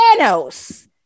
Thanos